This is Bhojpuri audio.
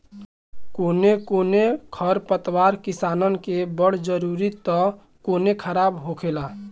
कौनो कौनो खर पतवार किसानन के बड़ जरूरी त कौनो खराब होखेला